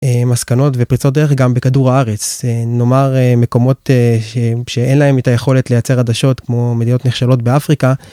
מסקנות ופריצות דרך גם בכדור הארץ. נאמר מקומות שאין להם את היכולת לייצר עדשות כמו מדינות נכשלות באפריקה.